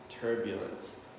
turbulence